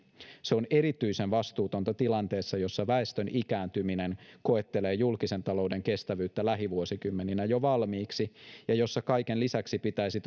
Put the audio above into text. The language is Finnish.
se on erityisen vastuutonta tilanteessa jossa väestön ikääntyminen koettelee julkisen talouden kestävyyttä lähivuosikymmeninä jo valmiiksi ja jossa kaiken lisäksi pitäisi